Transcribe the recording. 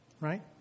Right